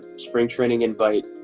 spring training invite,